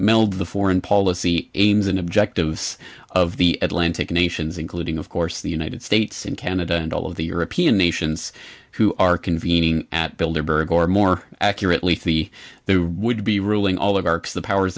meld the foreign policy aims and objectives of the atlantic nations including of course the united states and canada and all of the european nations who are convening at builder burge or more accurately the there would be ruling all of arks the powers